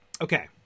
okay